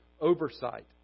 oversight